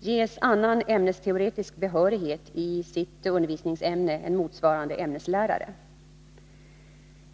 ges annan ämnesteoretisk behörighet i sitt undervisningsämne än motsvarande ämneslärare.